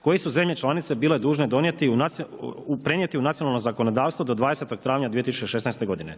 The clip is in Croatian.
koje su države članice bile dužne prenijeti u nacionalno zakonodavstvo do 20. travnja 2016. godine.